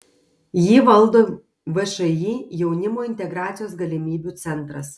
jį valdo všį jaunimo integracijos galimybių centras